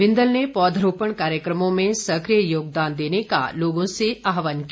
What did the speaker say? बिंदल ने पौधरोपण कार्यक्रमों में सक्रिय योगदान देने का आहवान किया